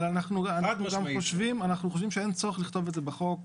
אבל אנחנו חושבים שאין צורך לכתוב את זה בחוק.